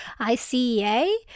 ICEA